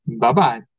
Bye-bye